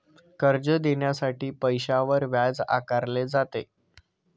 कर्ज देण्यासाठी पैशावर व्याज आकारले जाते